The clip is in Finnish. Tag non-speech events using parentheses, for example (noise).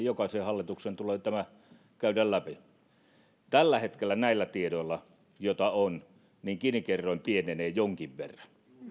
(unintelligible) jokaisen hallituksen tulee käydä läpi olkoon hallituspohja mikä hyvänsä tällä hetkellä näillä tiedoilla joita on gini kerroin pienenee jonkin verran